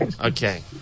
okay